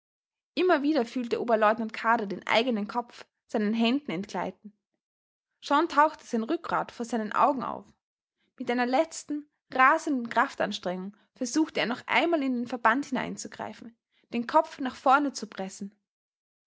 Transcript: immer wieder fühlte oberleutnant kadar den eigenen kopf seinen händen entgleiten schon tauchte sein rückgrat vor seinen augen auf mit einer letzten rasenden kraftanstrengung versuchte er noch einmal in den verband hinein zu greifen den kopf nach vorne zu pressen